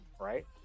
right